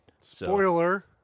Spoiler